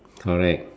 correct